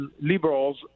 liberals